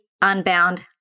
unbound